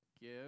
Give